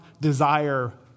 desire